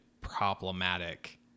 problematic